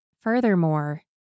Furthermore